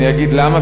ואני אגיד למה,